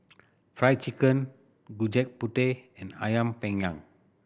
Fried Chicken Gudeg Putih and Ayam Panggang